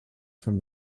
from